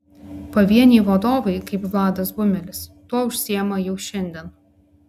pavieniai vadovai kaip vladas bumelis tuo užsiima jau šiandien